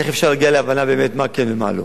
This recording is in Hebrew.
איך אפשר להגיע להבנה, באמת, מה כן ומה לא.